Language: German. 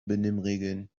benimmregeln